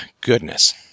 goodness